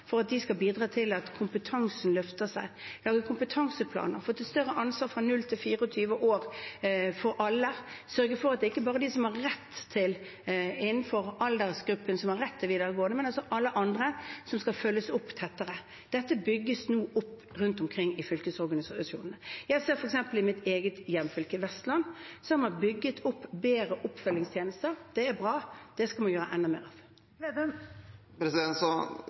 for at de skal bidra til at kompetansen løfter seg. De har fått kompetanseplaner, fått et større ansvar fra 0 til 24 år, for alle, for å sørge for at det ikke bare er de som er innenfor aldersgruppen som har rett til videregående, men at også alle andre skal følges opp tettere. Dette bygges nå opp rundt omkring i fylkesorganisasjonene. Jeg ser det f.eks. i mitt eget hjemfylke, Vestland, som har bygget opp bedre oppfølgingstjenester. Det er bra, det skal vi gjøre enda mer av.